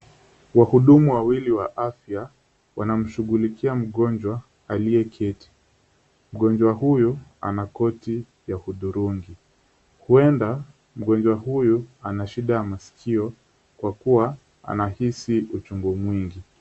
Wahudumu wawili wa afya wanamshughulikia mgonjwa aliyeketi. Mgonjwa huyu ana koti ya hudhurungi, huenda mgonjwa huyu ana shida ya maskio kwa kuwa anahisi uchungu mwingi.